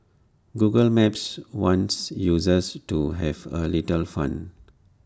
Google maps wants users to have A little fun